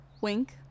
Wink